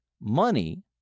money